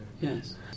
yes